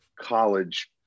college